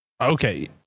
okay